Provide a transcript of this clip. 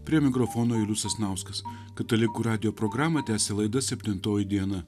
prie mikrofono julius sasnauskas katalikų radijo programą tęsia laida septintoji diena